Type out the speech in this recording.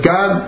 God